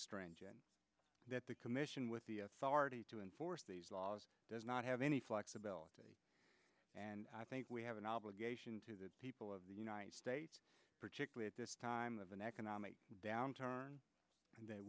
strange and that the commission with the authority to enforce these laws does not have any flexibility and i think we have an obligation to the people of the united states particular at this time of an economic downturn that